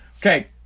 Okay